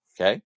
okay